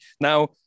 now